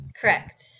Correct